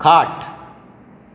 खाट